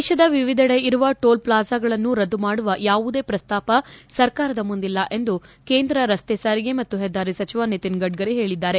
ದೇಶದ ವಿವಿದಡೆ ಇರುವ ಟೋಲ್ ಪ್ಲಾಜಾಗಳನ್ನು ರದ್ದು ಮಾಡುವ ಯಾವುದೇ ಪ್ರಸ್ತಾಪ ಸರ್ಕಾರದ ಮುಂದಿಲ್ಲ ಎಂದು ಕೇಂದ್ರ ರಸ್ತೆ ಸಾರಿಗೆ ಮತ್ತು ಹೆದ್ದಾರಿ ಸಚಿವ ನಿತಿನ್ ಗಡ್ಕರಿ ಹೇಳಿದ್ದಾರೆ